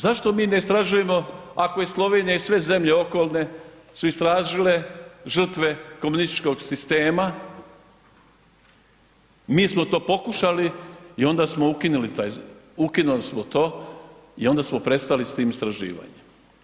Zašto mi ne istražujemo ako je Slovenija i sve zemlje okolne su istražile žrtve komunističkog sistema, mi smo to pokušali i onda smo ukinuli smo to i onda smo prestali s tim istraživanjem.